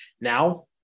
Now